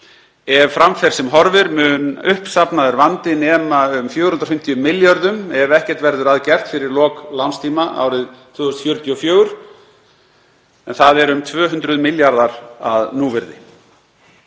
Ef fram fer sem horfir mun uppsafnaður vandi nema um 450 milljörðum ef ekkert verður að gert fyrir lok lánstíma árið 2044. Það eru um 200 milljarðar að núvirði